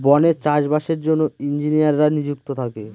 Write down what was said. বনে চাষ বাসের জন্য ইঞ্জিনিয়াররা নিযুক্ত থাকে